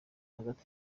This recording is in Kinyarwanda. hagati